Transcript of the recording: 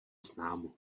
známo